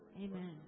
Amen